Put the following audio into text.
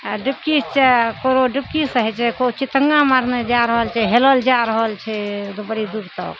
आओर डुबकीसँ कोनो डुबकीसँ होइ छै कोइ चितङ्गा मारने जा रहल छै हेलल जा रहल छै दू बड़ी दूर तक